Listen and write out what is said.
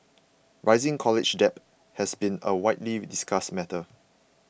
rising college debt has been a widely discussed matter